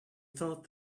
thought